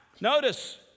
notice